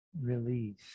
release